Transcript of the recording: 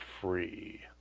free